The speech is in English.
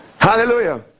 Hallelujah